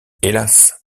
hélas